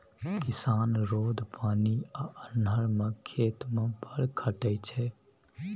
किसान रौद, पानि आ अन्हर मे खेत मे बड़ खटय छै